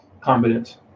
confidence